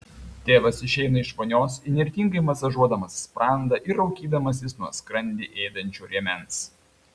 tėvas išeina iš vonios įnirtingai masažuodamas sprandą ir raukydamasis nuo skrandį ėdančio rėmens